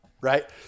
right